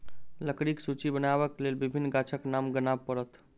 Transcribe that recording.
लकड़ीक सूची बनयबाक लेल विभिन्न गाछक नाम गनाब पड़त